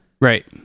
Right